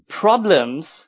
problems